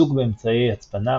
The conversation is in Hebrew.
עיסוק באמצעי הצפנה,